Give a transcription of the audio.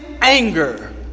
anger